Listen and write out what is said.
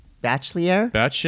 Bachelier